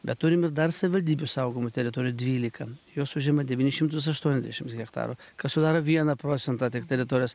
bet turim ir dar savivaldybių saugomų teritorijų dvylika jos užima devynis šimtus aštuoniasdešims hektarų kas sudaro vieną procentą tik teritorijos